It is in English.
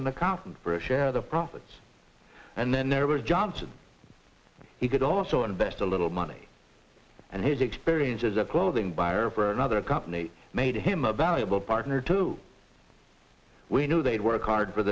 cards for a share the profits and then there was johnson he could also invest a little money and his experience as a clothing buyer for another company made him a valuable partner too we knew they'd work hard for